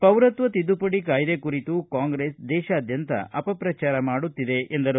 ಪೌರತ್ವ ತಿದ್ದುಪಡಿ ಕಾಯ್ದೆ ಕುರಿತು ಕಾಂಗ್ರೆಸ್ ದೇಶಾದ್ಯಂತ ಅಪಪ್ರಚಾರ ಮಾಡುತ್ತಿದೆ ಎಂದರು